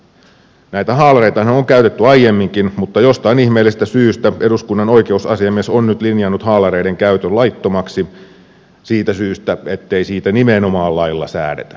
näitä haalareitahan on käytetty aiemminkin mutta jostain ihmeellisestä syystä eduskunnan oikeusasiamies on nyt linjannut haalareiden käytön laittomaksi siitä syystä ettei siitä nimenomaan lailla säädetä